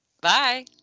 bye